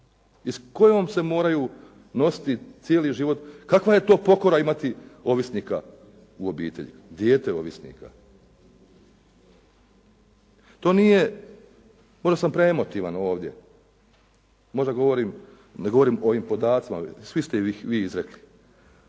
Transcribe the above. s kojom se moraju nositi cijeli život, kakva je to pokora imati ovisnika u obitelji, dijete ovisnika. To nije, možda sam preemotivan u ovdje, možda ne govorim o ovim podacima, svi ste ih vi izrekli.